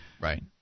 Right